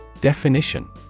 Definition